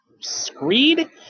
screed